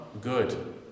good